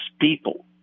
people